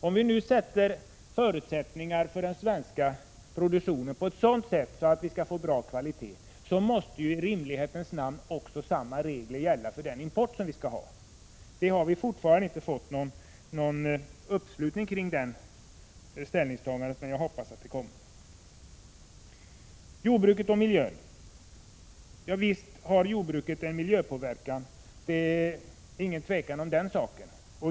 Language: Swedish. Om vi ställer upp sådana krav för den svenska produktionen att vi skall få produkter av god kvalitet, måste i rimlighetens namn samma regler gälla för vår import. Vi har fortfarande inte fått någon uppslutning kring det ställningstagandet, men jag hoppas den kommer. Jordbruk och miljö kopplas samman. Och visst påverkar jordbruket miljön. Det är inget tvivel om den saken.